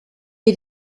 est